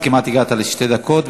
וכמעט הגעת לשתי דקות,